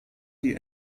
die